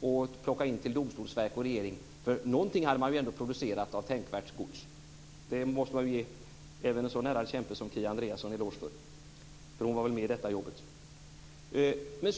och överlämna dem till Domstolsverket och regeringen. Något tänkvärt gods hade man ju ändå producerat. Det måste man ge en så ärrad kämpe som Kia Andreasson en eloge för, för också hon var väl med i kommitténs arbete.